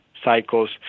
cycles